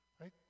Right